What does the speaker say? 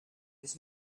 was